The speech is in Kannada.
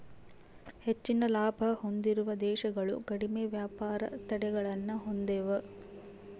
ಹೆಚ್ಚಿನ ಲಾಭ ಹೊಂದಿರುವ ದೇಶಗಳು ಕಡಿಮೆ ವ್ಯಾಪಾರ ತಡೆಗಳನ್ನ ಹೊಂದೆವ